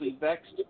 vexed